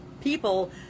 people